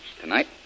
Tonight